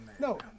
No